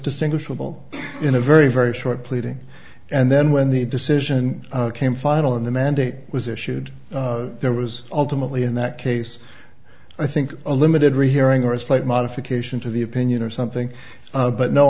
distinguishable in a very very short pleading and then when the decision came final and the mandate was issued there was ultimately in that case i think a limited rehearing or a slight modification to the opinion or something but no